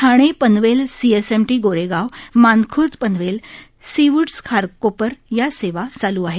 Thane Panvel CSMT Goregaon Mankhurd Panvel Seawoods Kharkopar या सेवा चालू आहेत